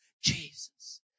Jesus